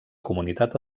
comunitat